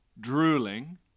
drooling